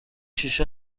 شیشه